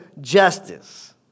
justice